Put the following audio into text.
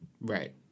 Right